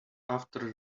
after